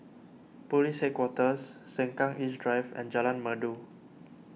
Police Headquarters Sengkang East Drive and Jalan Merdu